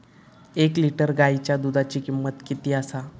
एक लिटर गायीच्या दुधाची किमंत किती आसा?